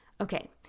Okay